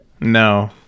no